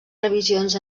revisions